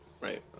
Right